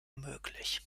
möglich